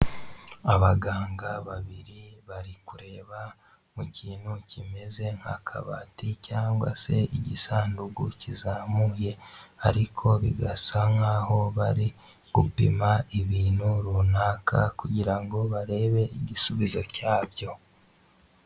Abaganga babiri bari kureba mu kintu kimeze nk'akabati cyangwa se igisanduku kizamuye, ariko bigasa nk'aho bari gupima ibintu runaka kugira ngo barebe igisubizo cyabyo.